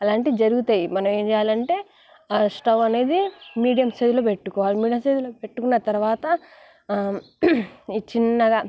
అలాంటివి జరుగుతాయి మనమేం చేయాలంటే స్టవ్ అనేది మీడియం సైజులో పెట్టుకోవాలి మీడియం సైజులో పెట్టుకున్న తర్వాత ఈ చిన్నగా